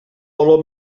baló